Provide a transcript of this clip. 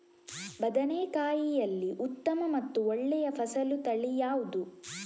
ಬದನೆಕಾಯಿಯಲ್ಲಿ ಉತ್ತಮ ಮತ್ತು ಒಳ್ಳೆಯ ಫಸಲು ತಳಿ ಯಾವ್ದು?